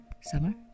Summer